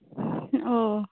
ᱳ